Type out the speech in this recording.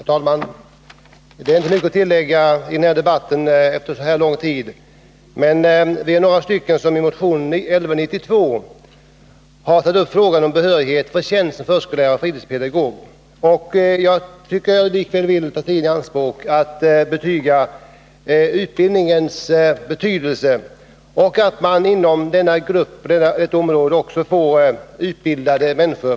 Herr talman! Det är inte mycket att tillägga i den här debatten, som nu har pågått ganska länge. I motion 1979/80:1192 har emellertid jag tillsammans med några andra ledamöter tagit upp frågan om behörighet för tjänst för förskollärare och fritidspedagog. Jag vill därför något ta tiden i anspråk för att poängtera betydelsen av att man också på dessa platser får utbildade människor.